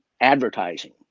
advertising